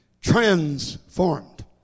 transformed